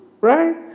right